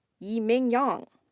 yiming yang.